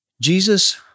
Jesus